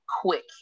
quick